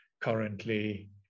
currently